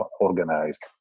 organized